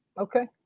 Okay